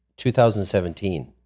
2017